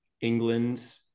England